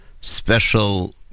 special